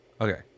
Okay